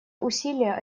усилия